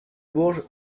bourges